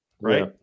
right